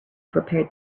prepared